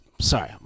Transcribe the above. sorry